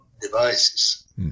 devices